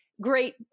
great